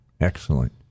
Excellent